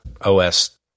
OS